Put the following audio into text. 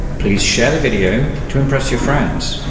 please share the video to impress your friends,